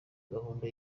gahunda